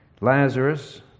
Lazarus